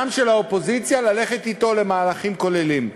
גם של האופוזיציה, ללכת אתו למהלכים כוללים.